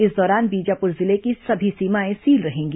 इस दौरान बीजापुर जिले की सभी सीमाएं सील रहेंगी